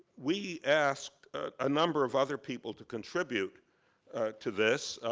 we asked a number of other people to contribute to this,